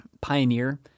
Pioneer